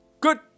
Good